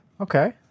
Okay